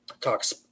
talks